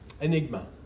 enigma